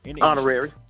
Honorary